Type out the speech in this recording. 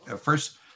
first